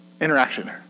Interaction